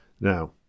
now